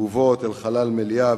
נבובות אל חלל המליאה,